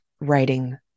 writing